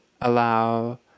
allow